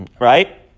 right